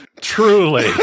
Truly